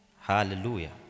hallelujah